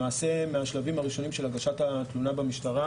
למעשה, מהשלבים הראשונים של הגשת התלונה במשטרה,